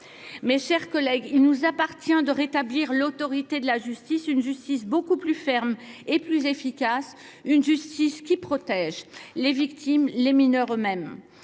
Mes chers collègues, il nous appartient de rétablir l’autorité de la justice. Une justice beaucoup plus ferme et plus efficace, une justice qui protège les victimes et les mineurs eux mêmes.